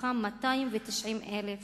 מתוכם 290,000